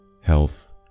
health